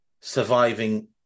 surviving